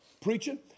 preaching